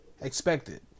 expected